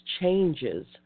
changes